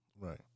right